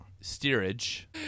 steerage